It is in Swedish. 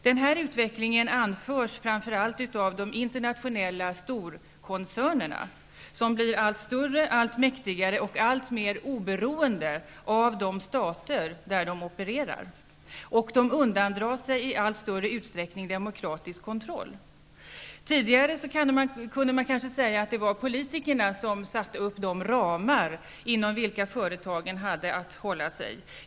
Den utvecklingen anförs framför allt av de internationella storkoncernerna, som blir allt större och allt mäktigare och alltmer oberoende av de stater där de opererar, och de undandrar sig i allt större utsträckning demokratisk kontroll. Tidigare kunde man kanske säga att det var politikerna som satte upp de ramar inom vilka företagen hade att hålla sig.